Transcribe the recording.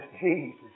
Jesus